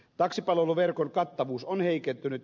taksipalveluverkon kattavuus on heikentynyt